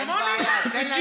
אין בעיה, אין בעיה.